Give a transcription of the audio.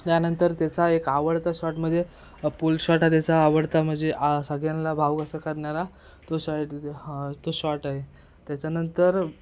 त्यानंतर त्याचा एक आवडता शॉट म्हणजे पुल शॉट आहे त्याचा आवडता म्हणजे सगळ्यांना भाव असा करणारा तो शाळेत हा तो शॉट आहे त्याच्यानंतर